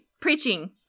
Preaching